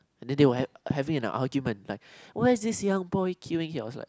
then they were have having an argument like why is this young boy queueing here I was like